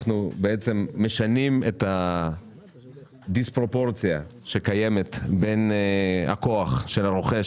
אנחנו בעצם משנים את הדיספרופורציה שקיימת בין הכוח של הרוכש